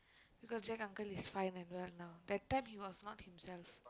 because Jack uncle is fine and well now that time he was not himself